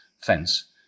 fence